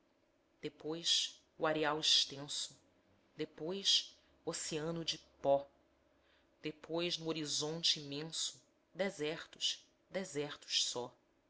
depois o areal extenso depois o oceano de pó depois no horizonte imenso desertos desertos só